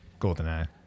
goldeneye